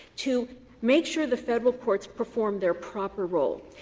to make sure the federal courts perform their proper role.